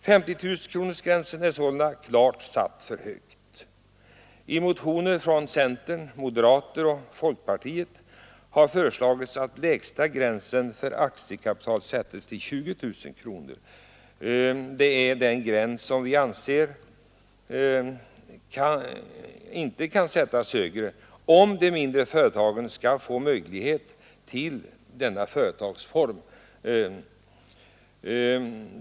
Det är sålunda klart att gränsen blir för högt satt om den kommer att fastställas till 50 000 kronor. I motioner från centern, moderaterna och folkpartiet har föreslagits att den lägsta gränsen för aktiekapital skall sättas vid 20 000 kronor. Vi anser att gränsen inte kan sättas högre om de mindre företagen skall få möjlighet att tillämpa denna företagsform.